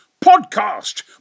Podcast